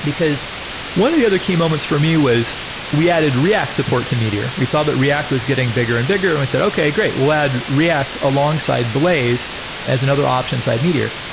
because one of the other key moments for me was we added react support to meteor. we saw the react was getting bigger and bigger and we said, okay. great. we'll add react alongside blaze as another option aside meteor.